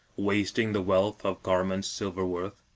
wasting the wealth of garments silver-worth.